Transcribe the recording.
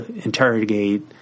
interrogate